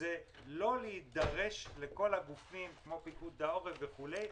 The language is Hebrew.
זה לא להידרש לכל הגופים כמו פיקוד העורף וכולי.